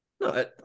No